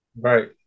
Right